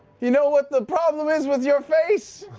you know what the problem is with your face?